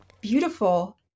beautiful